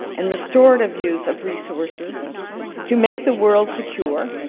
and restorative views of resources to make the world secure,